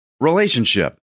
relationship